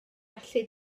allu